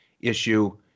issue